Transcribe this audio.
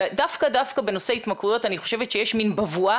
ודווקא בנושא ההתמכרויות אני חושבת שיש מן בבואה